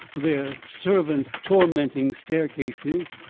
their servant-tormenting staircases,